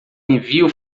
envio